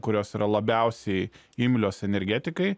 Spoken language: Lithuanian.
kurios yra labiausiai imlios energetikai